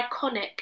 iconic